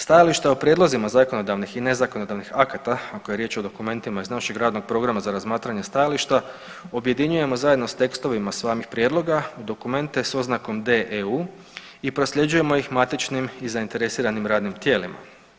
Stajališta o prijedlozima zakonodavnih i nezakonodavnih akata ako je riječ o dokumentima iz našeg radnog programa za razmatranje stajališta objedinjujemo zajedno s tekstovima samih prijedloga, dokumente s oznakom DEU i prosljeđujemo ih matičnim i zainteresiranim radnim tijelima.